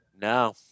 No